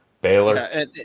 Baylor